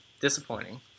disappointing